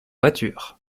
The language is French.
voiture